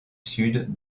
sud